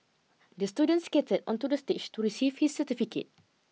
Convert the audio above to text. the student skated onto the stage to receive his certificate